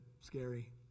scary